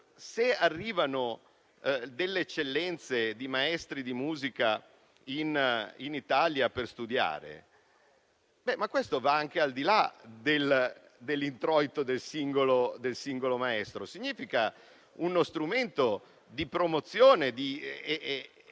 Se delle eccellenze di maestri di musica arrivano in Italia per studiare, questo va anche al di là dell'introito del singolo maestro. Ciò significa uno strumento di promozione e di